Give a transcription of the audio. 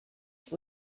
rydw